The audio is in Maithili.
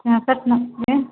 पैंसठ नब्बे